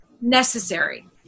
necessary